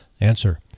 Answer